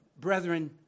brethren